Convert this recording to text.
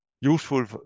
useful